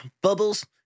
Bubbles